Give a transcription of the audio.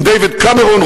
עם דייוויד קמרון,